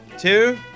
two